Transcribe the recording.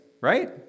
right